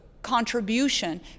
contribution